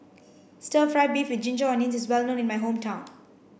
stir fry beef with ginger onions is well known in my hometown